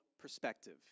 perspective